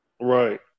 right